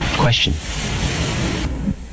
question